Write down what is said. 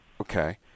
Okay